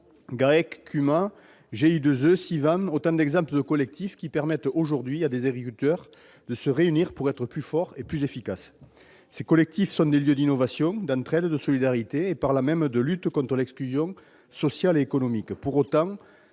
les GIEE, ou les CIVAM permettent aujourd'hui à des agriculteurs de se réunir pour être plus forts et plus efficaces. Ces collectifs sont des lieux d'innovation, d'entraide, de solidarité et, par là même, de lutte contre l'exclusion sociale et économique. Cela fait